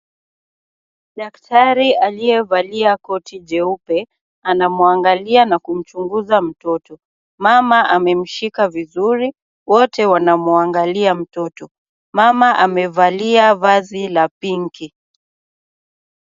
Daktari aliye valia koti jeupe ana muangalia na kumchunguza mtoto. Mama amemshika vizuri wote wana muangalia mtoto. Mama amevalia vazi la pinki .